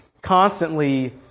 constantly